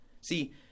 See